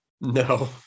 No